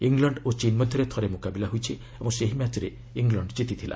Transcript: England ଓ ଚୀନ୍ ମଧ୍ୟରେ ଥରେ ମୁକାବିଲା ହୋଇଛି ଏବଂ ସେହି ମ୍ୟାଚ୍ରେ ଇଂଲଣ୍ଡ କିତିଥିଲା